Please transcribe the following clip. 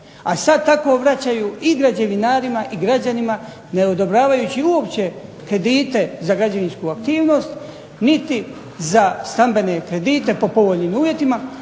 a sada tako vraćaju i građevinarima i građanima ne odobravajuće uopće kredite za građevinsku aktivnost, niti za stambene kredite po povoljnim uvjetima.